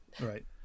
Right